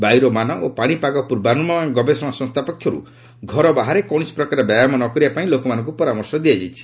ବାୟୁର ମାନ ଓ ପାଣିପାଗ ପୂର୍ବାନୁମାନ ଗବେଷଣା ସଂସ୍ଥା ପକ୍ଷରୁ ଘର ବାହାରେ କୌଣସି ପ୍ରକାର ବ୍ୟାୟାମ ନ କରିବା ପାଇଁ ଲୋକମାନଙ୍କୁ ପରାମର୍ଶ ଦିଆଯାଇଛି